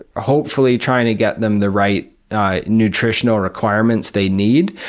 hopefully trying to get them the right nutritional requirements they need.